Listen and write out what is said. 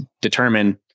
determine